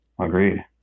Agreed